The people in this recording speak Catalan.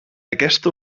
aquesta